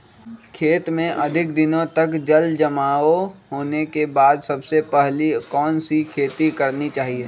खेत में अधिक दिनों तक जल जमाओ होने के बाद सबसे पहली कौन सी खेती करनी चाहिए?